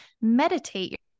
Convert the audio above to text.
meditate